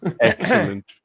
Excellent